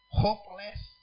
hopeless